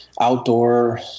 outdoor